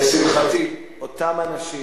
לשמחתי, אותם אנשים